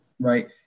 Right